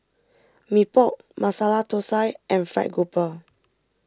Mee Pok Masala Thosai and Fried Grouper